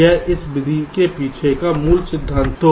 यह इस विधि के पीछे मूल सिद्धांत है